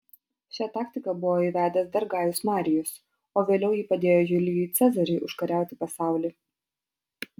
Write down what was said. šią taktiką buvo įvedęs dar gajus marijus o vėliau ji padėjo julijui cezariui užkariauti pasaulį